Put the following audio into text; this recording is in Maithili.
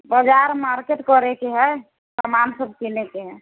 बाजार मार्केट करयके है सामान सब किनयके है